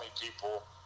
people